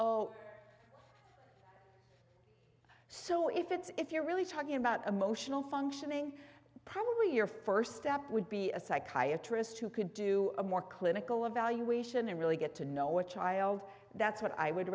so if it's if you're really talking about emotional functioning probably your first step would be a psychiatrist who could do a more clinical evaluation and really get to know what child that's what i would